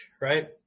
right